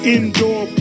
Indoor